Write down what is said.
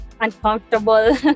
uncomfortable